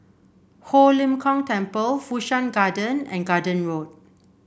Ho Lim Kong Temple Fu Shan Garden and Garden Road